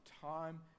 time